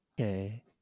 Okay